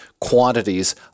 quantities